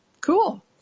Cool